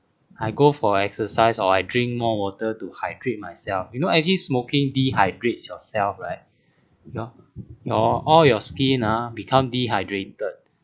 I go for exercise or I drink more water to hydrate myself you know actually smoking dehydrates yourself right your your all your skin ah become dehydrated